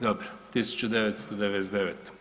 Dobro, 1999.